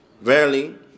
verily